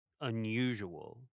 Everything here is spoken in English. unusual